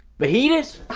fajitas?